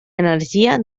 energia